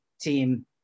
team